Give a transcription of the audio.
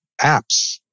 apps